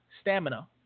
stamina